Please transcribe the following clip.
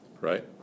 right